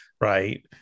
Right